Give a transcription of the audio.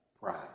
pride